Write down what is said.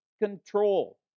Control